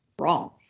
wrong